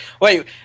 Wait